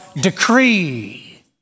decree